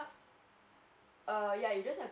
err you just have to like